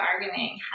bargaining